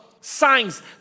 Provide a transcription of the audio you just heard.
signs